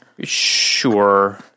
Sure